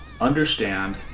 understand